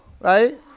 right